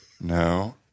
No